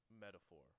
metaphor